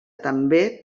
també